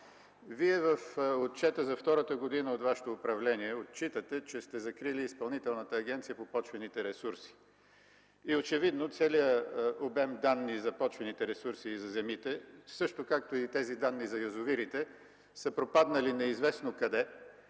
В отчета за втората година от Вашето управление Вие отчетохте, че сте закрили и Изпълнителната агенция по почвени ресурси. Очевидно целият обем данни за почвените ресурси и за земите, също както и данните за язовирите са пропаднали неизвестно къде.